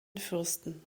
fürsten